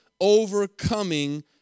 overcoming